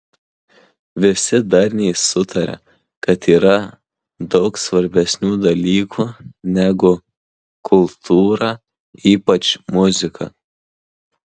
visi darniai sutaria kad yra daug svarbesnių dalykų negu kultūra ypač muzika